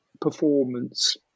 performance